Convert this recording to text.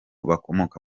bakomoka